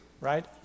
right